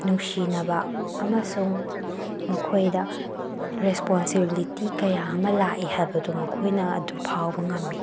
ꯅꯨꯡꯁꯤꯅꯕ ꯑꯃꯁꯨꯡ ꯃꯈꯣꯏꯗ ꯔꯦꯁꯄꯣꯟꯁꯤꯕꯤꯂꯤꯇꯤ ꯀꯌꯥ ꯑꯃ ꯂꯥꯛꯏ ꯍꯥꯏꯕꯗꯣ ꯃꯈꯣꯏꯅ ꯑꯗꯨ ꯐꯥꯎꯕ ꯉꯝꯃꯤ